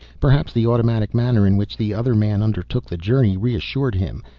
perhaps the automatic manner in which the other man undertook the journey reassured him.